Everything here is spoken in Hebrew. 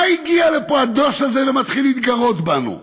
מה הגיע לפה הדוס הזה ומתחיל להתגרות בנו.